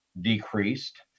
decreased